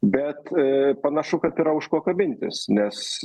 bet panašu kad yra už ko kabintis nes